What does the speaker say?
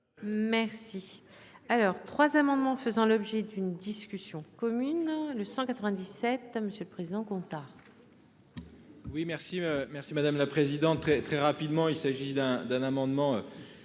Merci. Alors 3 amendements faisant l'objet d'une discussion commune le 197. Monsieur le Président compta.